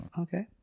Okay